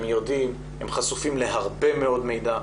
הם יודעים, הם חשופים להרבה מאוד מידע.